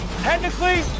Technically